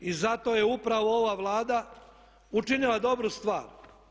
I zato je upravo ova Vlada učinila dobru stvar.